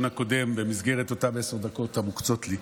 הקודם במסגרת אותן עשר דקות המוקצות לי.